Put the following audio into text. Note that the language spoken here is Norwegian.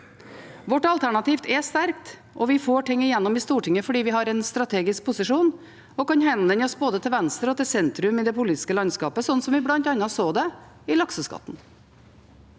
Vårt alternativ er sterkt, og vi får ting gjennom i Stortinget fordi vi har en strategisk posisjon og kan henvende oss både til venstre og til sentrum i det politiske landskapet, slik vi bl.a. så det i forbindelse